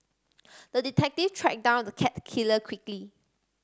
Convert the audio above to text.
the detective tracked down the cat killer quickly